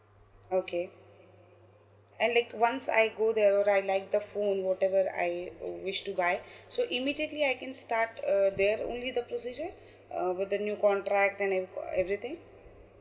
okay and like once I go there all right like the phone whatever I uh wish to buy so immediately I can start uh there only the procedure uh with the new contract and ev~ uh everything